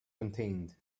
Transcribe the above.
contained